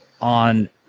on